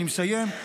אני מסיים.